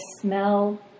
smell